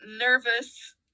nervous